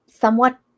somewhat